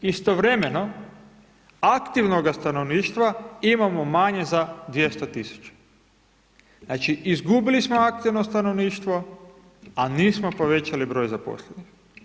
Istovremeno aktivnoga stanovništva imamo manje za 200.000, znači izgubili smo aktivno stanovništvo, a nismo povećali broj zaposlenih.